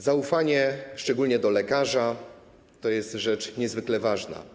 Zaufanie, szczególnie do lekarza, to jest rzecz niezwykle ważna.